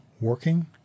working